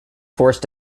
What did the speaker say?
forced